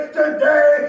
today